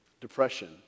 depression